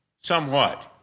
somewhat